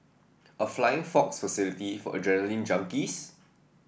a flying fox facility for adrenaline junkies